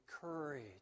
courage